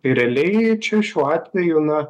tai realiai čia šiuo atveju na